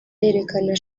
yerekana